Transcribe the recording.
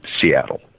Seattle